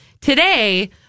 Today